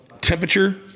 temperature